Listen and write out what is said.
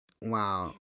wow